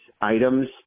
items